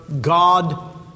God